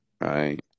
right